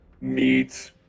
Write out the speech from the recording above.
meat